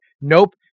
nope